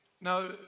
Now